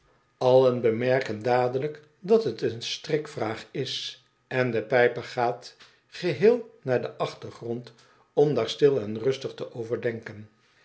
allen bemerken dadelijk dat het een strikvraag is on de pijper gaat geheel naar den achtergrond om daar stil en rustig te overdenken